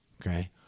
Okay